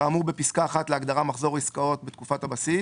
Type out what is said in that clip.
כאמור בפסקה (1) להגדרה "מחזור עסקאות בתקופת הבסיס"